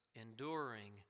enduring